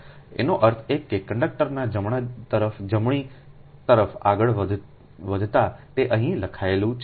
એનો અર્થ એ કે કંડક્ટરના જમણા તરફ જમણી તરફ આગળ વધતાં તે અહીં લખાયેલું છે